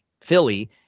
Philly